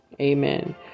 Amen